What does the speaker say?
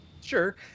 Sure